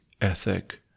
ethic